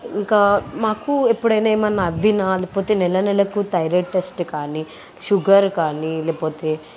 ఇంకా మాకు ఎప్పుడైనా ఏమైనా అయిన లేకపోతే నెల నెలకు థైరాయిడ్ టెస్ట్ కానీ షుగర్ కానీ లేకపోతే